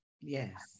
yes